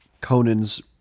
Conan's